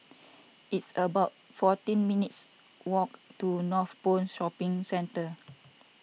it's about fourteen minutes' walk to Northpoint Shopping Centre